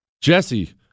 Jesse